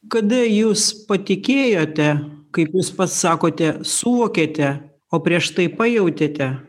kada jūs patikėjote kaip jūs pats sakote suvokėte o prieš tai pajautėte